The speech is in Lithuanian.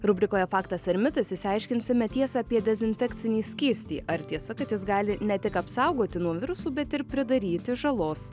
rubrikoje faktas ar mitas išsiaiškinsime tiesą apie dezinfekcinį skystį ar tiesa kad jis gali ne tik apsaugoti nuo virusų bet ir pridaryti žalos